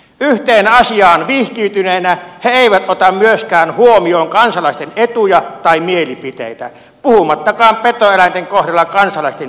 yhteen asiaan vihkiytyneenä he eivät ota myöskään huomioon kansalaisten etuja tai mielipiteitä puhumattakaan petoeläinten kohdalla kansalaisten turvallisuudesta